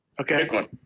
Okay